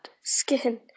skin